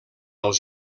els